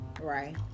Right